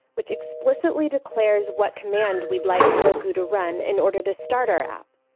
which explicitly declares what command we'd like heroku to run in order to start our app.